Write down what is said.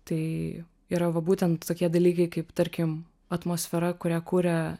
tai yra va būtent tokie dalykai kaip tarkim atmosfera kurią kuria